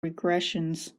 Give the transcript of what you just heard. regressions